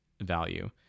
value